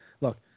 look